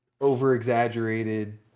over-exaggerated